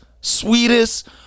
sweetest